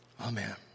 Amen